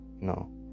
No